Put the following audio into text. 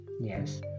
yes